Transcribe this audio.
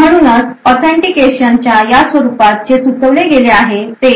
म्हणूनच ऑथेंटिकेशन च्या या स्वरूपामध्ये जे सुचवले गेले आहे ते